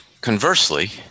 conversely